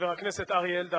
חבר הכנסת אריה אלדד.